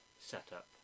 setup